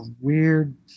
weird